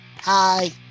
hi